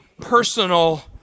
personal